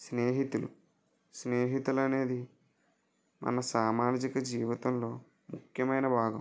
స్నేహితులు స్నేహితులనేది మన సామాజిక జీవితంలో ముఖ్యమైన భాగం